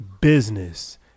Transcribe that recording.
business